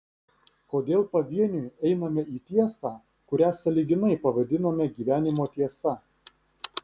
kodėl pavieniui einame į tiesą kurią sąlyginai pavadiname gyvenimo tiesa